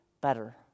better